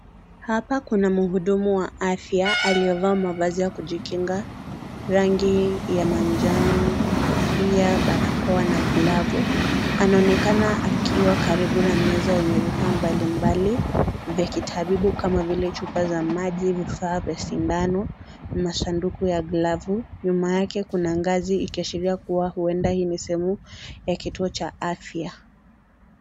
Hapa kuna mhudumu wa afya ,aliyovaa mavazi ya kujikinga, rangi ya manjano, kofia, barakoa na glavu. Anaonekana akiwa karibu na meza yenye vifaa mbalimbali vya kitabibu kama vile chupa za maji ,vifaa vya sindano, masanduku ya glavu, nyuma yake kuna ngazi ikiashiria kuwa huenda hii ni sehemu ya kituo cha afya.